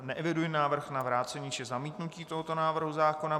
Neeviduji návrh na vrácení či zamítnutí tohoto návrhu zákona.